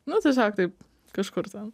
nu tiesiog taip kažkur ten